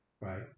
right